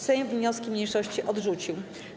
Sejm wnioski mniejszości odrzucił.